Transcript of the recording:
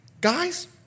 guys